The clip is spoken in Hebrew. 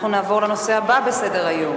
אנחנו נעבור לנושא הבא בסדר-היום.